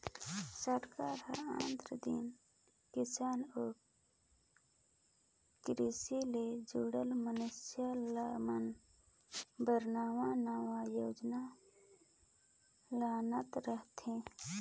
सरकार हर आंतर दिन किसान अउ किरसी ले जुड़ल मइनसे मन बर नावा नावा योजना लानत रहथे